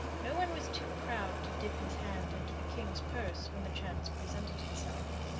no one was too proud to dip his hand into the king's purse when the chance presented itself.